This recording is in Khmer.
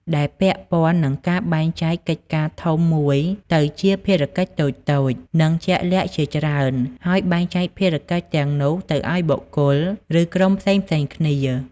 ដែលពាក់ព័ន្ធនឹងការបែងចែកកិច្ចការធំមួយទៅជាភារកិច្ចតូចៗ និងជាក់លាក់ជាច្រើន ហើយបែងចែកភារកិច្ចទាំងនោះទៅឱ្យបុគ្គល ឬក្រុមផ្សេងៗគ្នា។